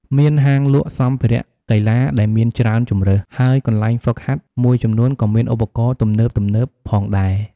មានហាងលក់សម្ភារៈកីឡាដែលមានច្រើនជម្រើស ហើយកន្លែងហ្វឹកហាត់មួយចំនួនក៏មានឧបករណ៍ទំនើបៗផងដែរ។